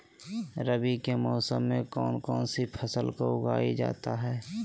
रवि के मौसम में कौन कौन सी फसल को उगाई जाता है?